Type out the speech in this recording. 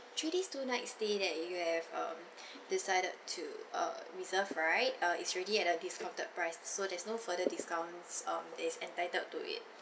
three days two nights stay that you have um decided to uh reserve right uh it's already at a discounted price so there's no further discounts um that is entitled to it